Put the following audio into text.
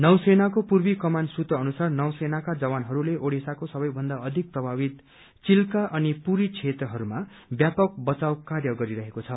नौ सेनाको पूर्वी कमान सूत्र अनुसार नौ सेनाका जवानहस्ले ओड़िसाको सबै भन्दा अधिक प्रभावित चिलका अनि पूरी क्षेत्रहरूमा व्यापक बचाउ कार्य गरिरहेको छ